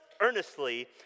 earnestly